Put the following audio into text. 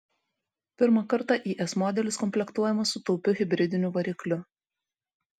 pirmą kartą is modelis komplektuojamas su taupiu hibridiniu varikliu